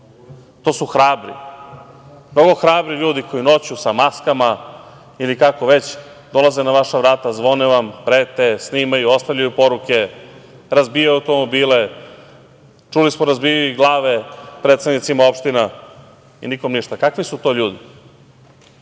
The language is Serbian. To su hrabri, mnogo hrabri ljudi, koji noću sa maskama, ili kako već, dolaze na vaša vrata, zvone vam, prete, snimaju, ostavljaju poruke, razbijaju automobile. Čuli smo da razbijaju i glave predsednicima opština i nikom ništa. Kakvi su to ljudi? Kakvi